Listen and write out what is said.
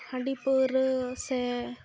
ᱦᱟᱺᱰᱤ ᱯᱟᱹᱣᱨᱟᱹ ᱥᱮ